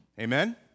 Amen